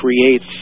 creates